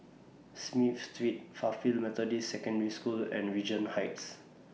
Smith Street Fairfield Methodist Secondary School and Regent Heights